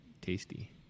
tasty